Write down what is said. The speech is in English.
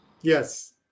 Yes